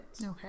Okay